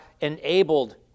enabled